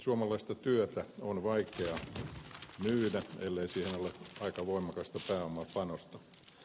suomalaista työtä on vaikea myydä ellei siihen ole aika voimakasta pääomapanosta